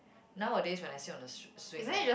nowadays when I sit on the sw~ swing right